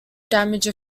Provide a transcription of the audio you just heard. damage